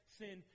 sin